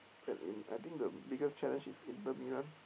tap in I think the biggest challenge is Inter-Milan